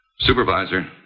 Supervisor